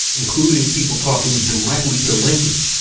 including people talking directly to lincoln.